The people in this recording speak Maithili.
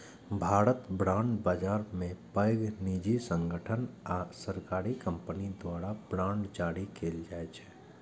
भारतक बांड बाजार मे पैघ निजी संगठन आ सरकारी कंपनी द्वारा बांड जारी कैल जाइ छै